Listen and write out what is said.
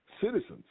citizens